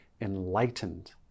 enlightened